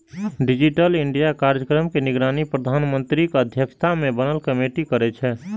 digital India कार्यक्रम के निगरानी प्रधानमंत्रीक अध्यक्षता मे बनल कमेटी करै छै